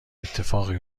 اتفاقی